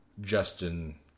Justin